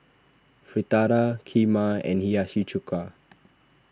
Fritada Kheema and Hiyashi Chuka